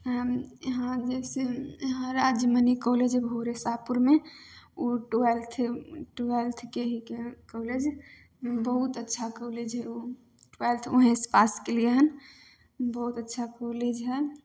हइ इहाँ जइसे हरराज मणि कॉलेज होलै इसापुरमे हइ उ ट्वेल्थ ट्वेल्थ के ही के कॉलेज बहुत अच्छा कॉलेज हइ उ ट्वेल्थ ओहिसँ पास कयलियै हन बहुत अच्छा कॉलेज हइ